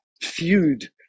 feud